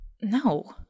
No